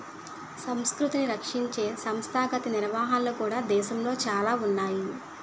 సంస్కృతిని రక్షించే సంస్థాగత నిర్వహణలు కూడా దేశంలో చాలా ఉన్నాయి